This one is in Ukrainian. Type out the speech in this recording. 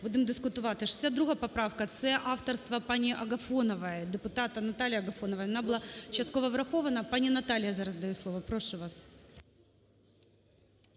будемо дискутувати. 62 поправка, це авторство пані Агафонової, депутата Наталії Агафонової. Вона була частково врахована. Пані Наталії я зараз даю слово, прошу вас.